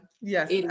Yes